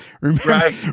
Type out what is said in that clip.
Right